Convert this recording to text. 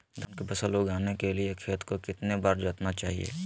धान की फसल उगाने के लिए खेत को कितने बार जोतना चाइए?